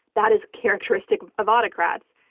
that is characteristic of autocrats.